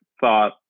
thought